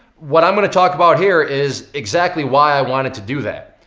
what i'm gonna talk about here is exactly why i wanted to do that.